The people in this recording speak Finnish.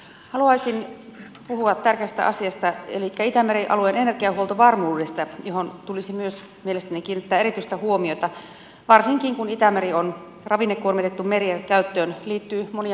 haluaisin puhua tärkeästä asiasta elikkä itämeren alueen energiahuoltovarmuudesta johon tulisi myös mielestäni kiinnittää erityistä huomiota varsinkin kun itämeri on ravinnekuormitettu meri ja käyttöön liittyy monia muita riskejä